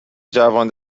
جوان